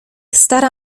stara